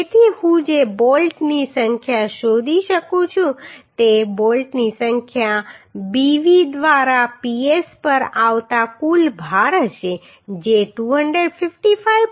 તેથી હું જે બોલ્ટની સંખ્યા શોધી શકું છું તે બોલ્ટની સંખ્યા Bv દ્વારા Ps પર આવતા કુલ ભાર હશે જે 255